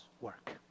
work